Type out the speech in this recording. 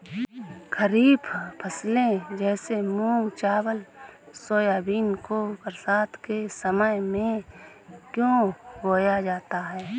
खरीफ फसले जैसे मूंग चावल सोयाबीन को बरसात के समय में क्यो बोया जाता है?